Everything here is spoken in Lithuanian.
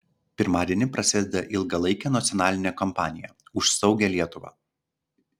pirmadienį prasideda ilgalaikė nacionalinė kampanija už saugią lietuvą